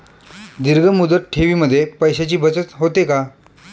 दीर्घ मुदत ठेवीमध्ये पैशांची बचत होते का?